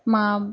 मां